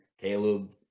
Caleb